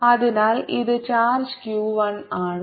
അതിനാൽ ഇത് charge q 1 ആണ്